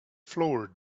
floor